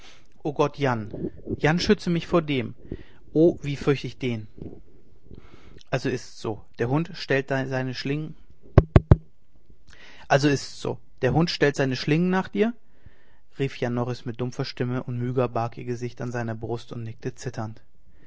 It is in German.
o gott jan jan schütze mich vor dem o wie fürcht ich den also ist's so der hund stellt seine schlingen nach dir rief jan norris mit dumpfer stimme und myga barg ihr gesicht an seiner brust und nickte zitternd